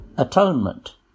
atonement